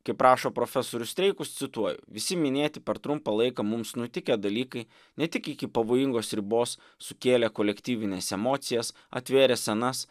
kaip rašo profesorius streikus cituoju visi minėti per trumpą laiką mums nutikę dalykai ne tik iki pavojingos ribos sukėlė kolektyvines emocijas atvėrė senas